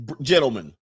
gentlemen